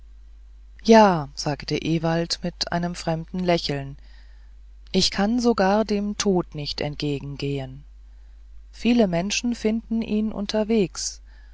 ja sagte ewald mit einem fremden lächeln ich kann sogar dem tod nicht entgegengehen viele men schen finden ihn unterwegs